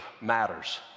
matters